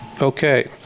Okay